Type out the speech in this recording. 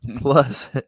plus